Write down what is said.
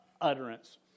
utterance